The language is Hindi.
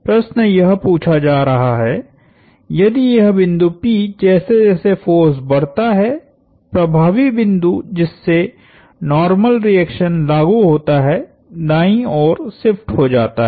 प्रश्न यह पूछा जा रहा है यदि यह बिंदु p जैसे जैसे फोर्स बढ़ता है प्रभावी बिंदु जिससे नार्मल रिएक्शन लागु होता है दाईं ओर शिफ्ट हो जाता है